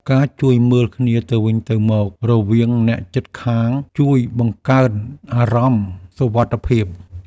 ការជួយមើលគ្នាទៅវិញទៅមករវាងអ្នកជិតខាង ជួយបង្កើតអារម្មណ៍សុវត្ថិភាព។